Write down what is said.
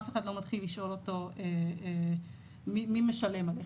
אף אחד לא מתחיל לשאול אותו מי משלם עליו.